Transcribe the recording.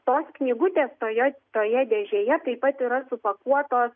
tos knygutės toje toje dėžėje taip pat yra supakuotos